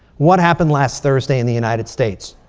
what happened last thursday in the united states?